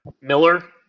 Miller